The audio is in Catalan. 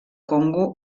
congo